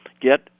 Get